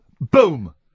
boom